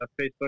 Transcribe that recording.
Facebook